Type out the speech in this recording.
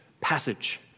passage